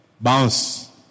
bounce